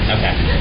Okay